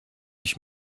ich